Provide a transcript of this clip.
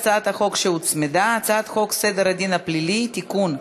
אני קובעת כי הצעת חוק סדר הדין הפלילי (תיקון,